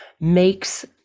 makes